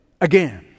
Again